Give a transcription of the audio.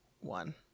one